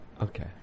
Okay